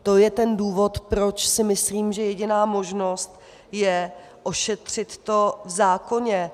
To je ten důvod, proč si myslím, že jediná možnost je ošetřit to v zákoně.